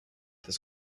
this